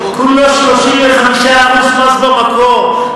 "כולו" 35% מס במקור,